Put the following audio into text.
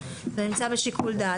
זה נמצא בשיקול דעת.